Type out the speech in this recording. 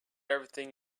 everything